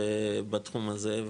בתחום הזה,